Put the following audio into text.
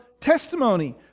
testimony